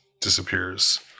disappears